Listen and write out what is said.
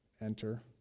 enter